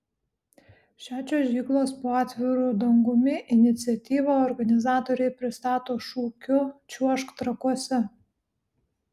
šią čiuožyklos po atviru dangumi iniciatyvą organizatoriai pristato šūkiu čiuožk trakuose